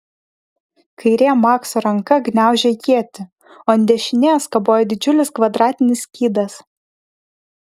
kairė makso ranka gniaužė ietį o ant dešinės kabojo didžiulis kvadratinis skydas